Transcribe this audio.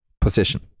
position